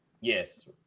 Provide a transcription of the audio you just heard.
Yes